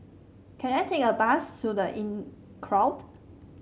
can I take a bus to The Inncrowd